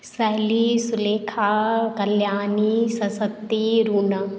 शैली सुलेखा कल्याणी सशक्ति रूना